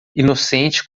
inocente